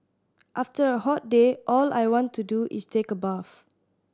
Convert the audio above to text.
after a hot day all I want to do is take a bath